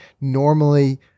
normally